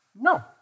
No